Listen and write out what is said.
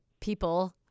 people